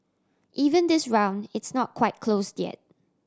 even this round it's not quite closed yet